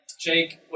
Jake